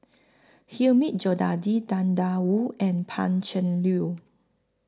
Hilmi Tang DA Wu and Pan Cheng Lui